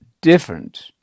different